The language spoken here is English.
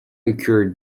occurred